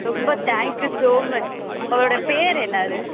ரொம்ப thank you so much உங்களோடய பேர் என்னது